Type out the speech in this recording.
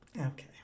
Okay